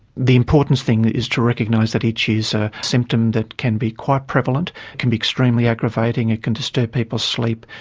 the important thing is to recognise that itch is a symptom that can be quite prevalent, it can be extremely aggravating, it can disturb people's sleep,